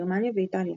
גרמניה ואיטליה.